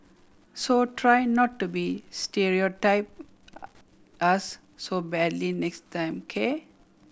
so try not to be stereotype us so badly next time K